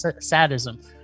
sadism